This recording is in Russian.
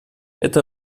это